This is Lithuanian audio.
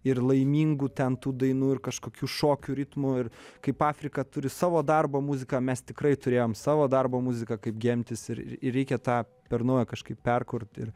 ir laimingų ten tų dainų ir kažkokių šokių ritmų ir kaip afrika turi savo darbo muziką mes tikrai turėjom savo darbo muziką kaip gentis ir ir reikia tą per naują kažkaip perkurt ir